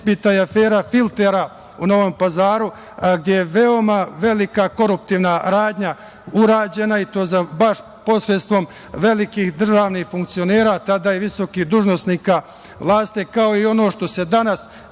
ispita i afera filtera u Novom Pazaru, gde je veoma velika koruptivna radnja urađena, i to baš posredstvom velikih državnih funkcionera, tada i visokih dužnosnika, kao i ono što se danas